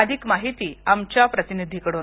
अधिक माहिती आमच्या प्रतिनिधी कडून